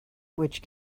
which